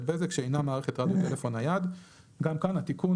בזק שאינה מערכת רדיו טלפון נייד."" גם כאן התיקון